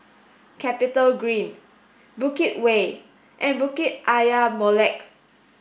CapitaGreen Bukit Way and Bukit Ayer Molek